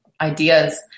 ideas